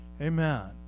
Amen